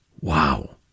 Wow